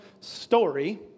story